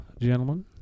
gentlemen